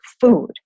food